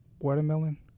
watermelon